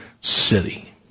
city